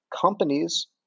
companies